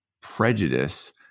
prejudice